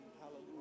Hallelujah